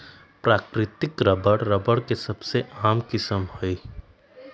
प्राकृतिक rubber, rubber के सबसे आम किस्म हई